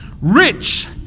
rich